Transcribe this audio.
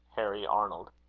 harry arnold.